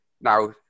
Now